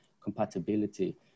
compatibility